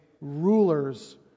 rulers